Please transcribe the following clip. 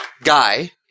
guy